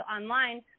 online